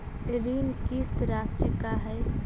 ऋण किस्त रासि का हई?